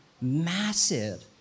massive